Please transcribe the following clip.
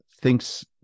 thinks